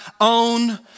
own